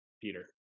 Peter